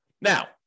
Now